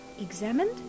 examined